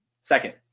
second